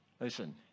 Listen